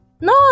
no